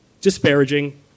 disparaging